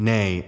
Nay